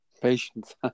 Patience